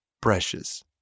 precious